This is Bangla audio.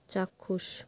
চাক্ষুষ